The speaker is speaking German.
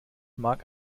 mag